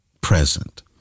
present